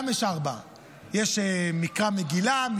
יש מקרא מגילה,